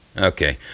Okay